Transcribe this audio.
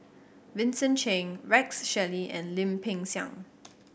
Vincent Cheng Rex Shelley and Lim Peng Siang